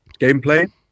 gameplay